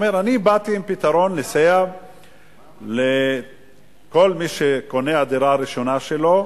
הוא אומר: אני באתי עם פתרון לסייע לכל מי שקונה את הדירה הראשונה שלו.